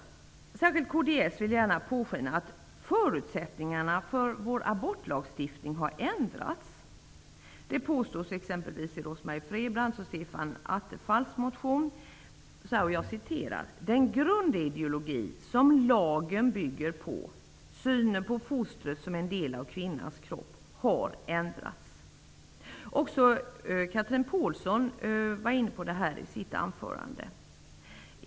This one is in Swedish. Särskilt i kds vill man gärna låta påskina att förutsättningarna för vår abortlagstiftning har ändrats. Det påstås exempelvis i Rose-Marie Frebrans och Stefan Attefalls motion att den grundideologi som lagen bygger på -- synen på fostret som en del av kvinnans kropp -- har ändrats. Också Chatrine Pålsson var inne på den frågan i sitt anförande.